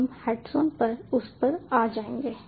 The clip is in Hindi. हम हैंडसॉन पर उस पर आ जाएंगे